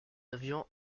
avions